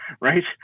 Right